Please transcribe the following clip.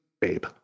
Babe